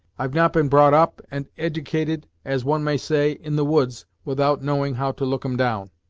i've not been brought up, and edicated as one may say, in the woods, without knowing how to look em down.